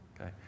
okay